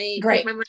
Great